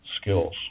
skills